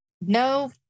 No